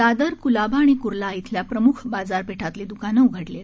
दादर क्लाबा आणि क्ला इथल्या प्रम्ख बाजारपेठांतली द्वकानं उघडली आहेत